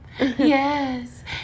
yes